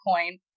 coin